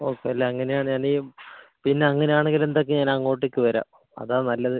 കുഴപ്പമില്ല അങ്ങനെ ആണേൽ പിന്നെ അങ്ങനെ ആണെങ്കിൽ എന്തൊക്കേ ഞാൻ അങ്ങോട്ടേക്ക് വരാം അതാണ് നല്ലത്